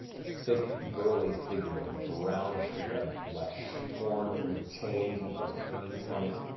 thick, burly figure of brownish red flesh, torn, and chains and hooks hanging from it.